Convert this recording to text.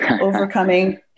Overcoming